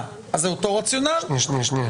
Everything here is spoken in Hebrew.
--- שנייה.